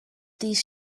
these